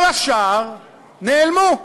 כל השאר נעלמו.